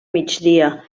migdia